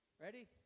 Ready